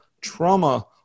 trauma